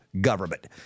government